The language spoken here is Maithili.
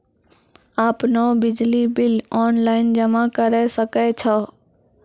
आपनौ बिजली बिल ऑनलाइन जमा करै सकै छौ?